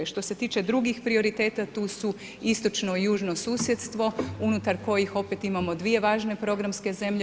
Što se tiče drugih prioriteta tu su istočno i južno susjedstvo unutar kojih opet imamo dvije važne programske zemlje.